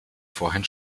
vorhin